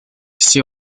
все